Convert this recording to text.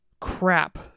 crap